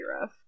rough